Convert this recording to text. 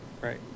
right